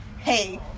hey